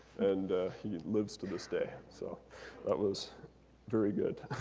and he lives to this day. so that was very good.